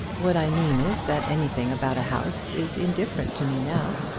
what i mean is that anything about a house is indifferent to me now.